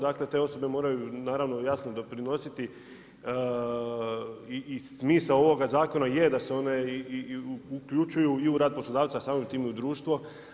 Dakle, te osobe moraju naravno jasno doprinositi i smisao ovoga zakona je da se one uključuju i u rad poslodavca, a samim time i u društvo.